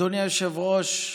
אדוני היושב-ראש,